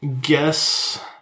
guess